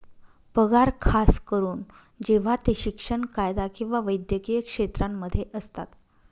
पगार खास करून जेव्हा ते शिक्षण, कायदा किंवा वैद्यकीय क्षेत्रांमध्ये असतात